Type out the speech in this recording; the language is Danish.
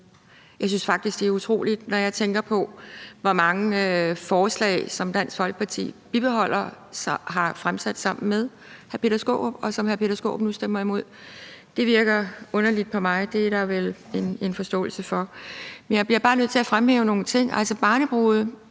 også synes, det er utroligt, når jeg tænker på, hvor mange forslag Dansk Folkeparti har fremsat sammen med hr. Peter Skaarup, som hr. Peter Skaarup nu stemmer imod. Det virker underligt på mig, og det er der vel en forståelse for, men jeg bliver bare nødt til at fremhæve nogle ting. Barnebrude